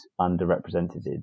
underrepresented